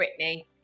Britney